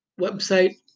website